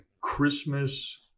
Christmas